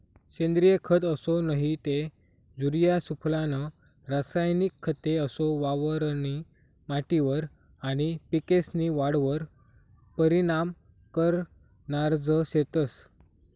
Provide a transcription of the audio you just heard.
सेंद्रिय खत असो नही ते युरिया सुफला नं रासायनिक खते असो वावरनी माटीवर आनी पिकेस्नी वाढवर परीनाम करनारज शेतंस